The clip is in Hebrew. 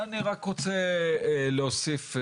אני רק רוצה להוסיף,